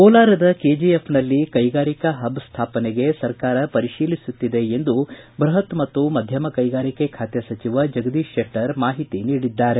ಕೋಲಾರದ ಕೆಜಿಎಫ್ ನಲ್ಲಿ ಕೈಗಾರಿಕಾ ಹಬ್ ಸ್ಟಾಪನೆಗೆ ಸರ್ಕಾರ ಪರಿಶೀಲಿಸುತ್ತಿದೆ ಎಂದು ಬೃಹತ್ ಮತ್ತು ಮಧ್ಯಮ ಕೈಗಾರಿಕೆ ಖಾತೆ ಸಚಿವ ಜಗದೀಶ್ ಶೆಟ್ಟರ್ ಮಾಹಿತಿ ನೀಡಿದ್ದಾರೆ